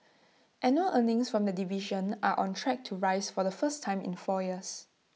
annual earnings from the division are on track to rise for the first time in four years